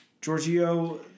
giorgio